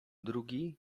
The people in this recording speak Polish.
drugi